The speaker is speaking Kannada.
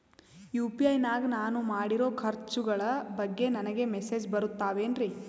ಯು.ಪಿ.ಐ ನಾಗ ನಾನು ಮಾಡಿರೋ ಖರ್ಚುಗಳ ಬಗ್ಗೆ ನನಗೆ ಮೆಸೇಜ್ ಬರುತ್ತಾವೇನ್ರಿ?